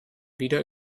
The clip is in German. wieder